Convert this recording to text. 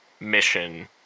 mission